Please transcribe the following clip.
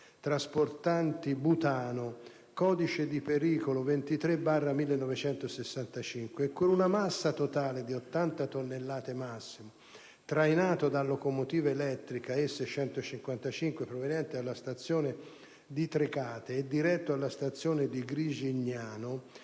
trasportanti butano (codice di pericolo 23/1965) e con una massa totale di 80 tonnellate massime, trainato da locomotiva elettrica E655 proveniente dalla stazione di Trecate e diretto alla stazione di Grigignano,